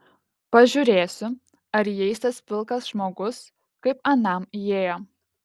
pažiūrėsiu ar įeis tas pilkas žmogus kaip anam įėjo